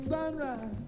Sunrise